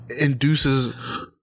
induces